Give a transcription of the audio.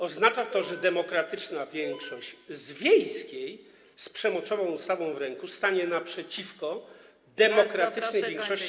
Oznacza to, że demokratyczna większość z Wiejskiej z przemocową ustawą w ręku stanie naprzeciwko demokratycznej większości.